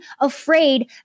afraid